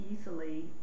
easily